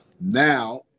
Now